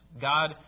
God